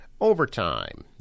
overtime